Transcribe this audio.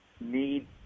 need